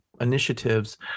initiatives